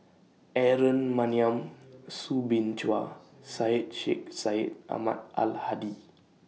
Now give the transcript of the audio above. Aaron Maniam Soo Bin Chua Syed Sheikh Syed Ahmad Al Hadi